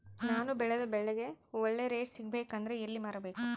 ನಾನು ಬೆಳೆದ ಬೆಳೆಗೆ ಒಳ್ಳೆ ರೇಟ್ ಸಿಗಬೇಕು ಅಂದ್ರೆ ಎಲ್ಲಿ ಮಾರಬೇಕು?